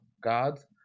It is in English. gods